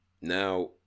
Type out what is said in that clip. now